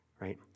Right